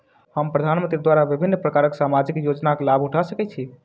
हम प्रधानमंत्री द्वारा विभिन्न प्रकारक सामाजिक योजनाक लाभ उठा सकै छी?